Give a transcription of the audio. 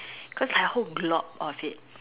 cause like whole glop of it